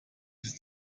ist